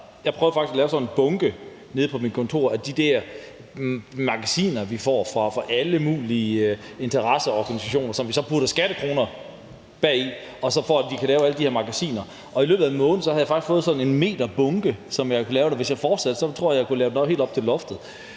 Jeg prøvede faktisk at lave sådan en bunke nede på mit kontor af de der magasiner, vi får fra alle mulige interesseorganisationer, som vi så har puttet skattekroner bagi, for at de kan lave alle de her magasiner. Og i løbet af en måned havde jeg faktisk fået en en meter høj bunke, og hvis jeg fortsatte, tror jeg, at jeg kunne lave den helt op til loftet.